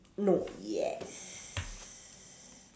no yes